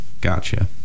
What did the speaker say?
Gotcha